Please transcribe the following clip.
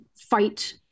fight